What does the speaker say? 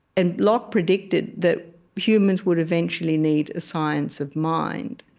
and locke predicted that humans would eventually need a science of mind.